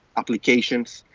applications,